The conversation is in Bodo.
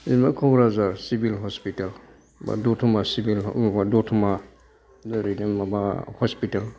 जेनेबा क'क्राझार सिभिल हस्पिताल बा दत'मा सिभिल माबा दत'मा ओरैनो माबा हस्पिताल